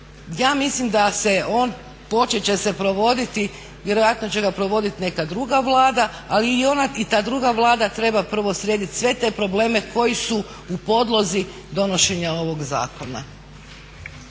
Ja mislim da se on, početi će se provoditi, vjerojatno će ga provoditi neka druga Vlada ali i ona, i ta druga Vlada treba prvo srediti sve te probleme koji su u podlozi donošenja ovog zakona.